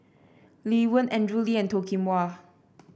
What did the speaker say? Lee Wen Andrew Lee and Toh Kim Hwa